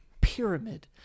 pyramid